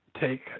take